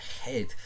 head